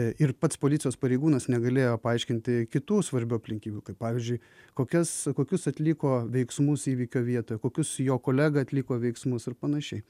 ir pats policijos pareigūnas negalėjo paaiškinti kitų svarbių aplinkybių kaip pavyzdžiui kokias kokius atliko veiksmus įvykio vietoje kokius jo kolega atliko veiksmus ir panašiai